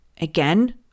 Again